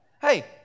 Hey